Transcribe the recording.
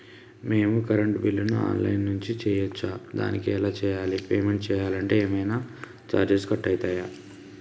మేము కరెంటు బిల్లును online నుంచి చేయచ్చా? దానికి ఎలా చేయాలి? పేమెంట్ చేయాలంటే ఏమైనా చార్జెస్ కట్ అయితయా?